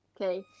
Okay